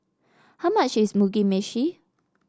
how much is Mugi Meshi